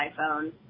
iphone